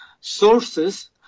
sources